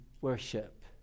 worship